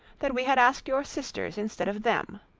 that we had asked your sisters instead of them